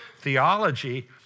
theology